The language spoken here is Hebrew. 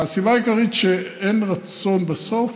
והסיבה העיקרית שאין רצון בסוף,